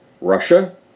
Russia